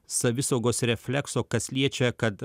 savisaugos reflekso kas liečia kad